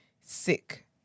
sick